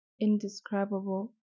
indescribable